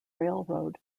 railroad